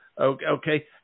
Okay